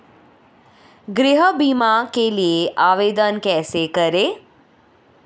गृह बीमा के लिए आवेदन कैसे करें?